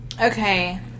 Okay